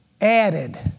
Added